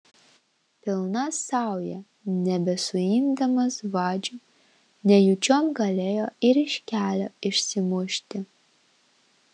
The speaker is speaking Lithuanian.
pilna sauja nebesuimdamas vadžių nejučiom galėjo ir iš kelio išsimušti